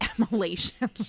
emulation